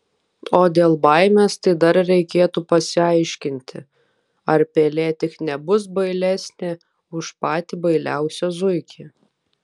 o dėl baimės tai dar reikėtų pasiaiškinti ar pelė tik nebus bailesnė už patį bailiausią zuikį